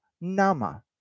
Nama